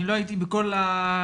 אני לא הייתי בכל הגלגולים,